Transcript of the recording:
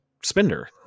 spender